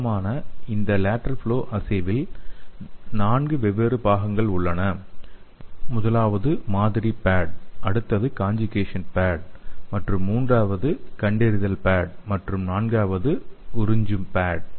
வழக்கமாக இந்த lateral flow அஸ்ஸேவில் 4 வெவ்வேறு பாகங்கள் உள்ளன முதலாவது மாதிரி பேட் அடுத்தது கான்ஜுகேசன் பேட் மற்றும் மூன்றாவது கண்டறிதல் பேட் மற்றும் நான்காவது உறிஞ்சும் பேட்